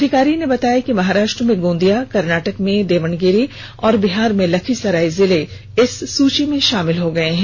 अधिकारी ने बताया कि महाराष्ट्र में गोंदिया कर्नाटक में देवनगिरी और बिहार में लखीसराय जिले इस सूची में शामिल हो गये हैं